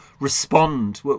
respond